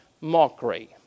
mockery